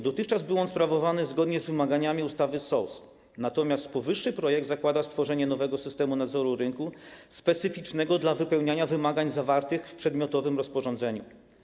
Dotychczas był on sprawowany zgodnie z wymaganiami ustawy SOZ, natomiast powyższy projekt zakłada stworzenie nowego, specyficznego systemu nadzoru rynku dla wypełniania wymagań zawartych w przedmiotowym rozporządzeniu.